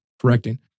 correcting